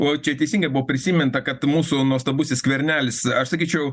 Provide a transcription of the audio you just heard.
o čia teisingai buvo prisiminta kad mūsų nuostabusis skvernelis aš sakyčiau